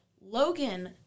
Logan